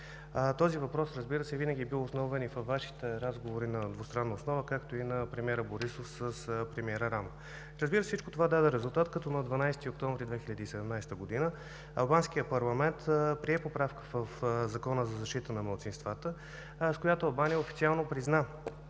този въпрос винаги е бил основен и във Вашите разговори на двустранна основа, както и на премиера Борисов с премиера Рама. Всичко това даде резултат, като на 12 октомври 2017 г. Албанският парламент прие поправка в Закона за защита на малцинствата, с която Албания официално призна